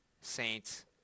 saints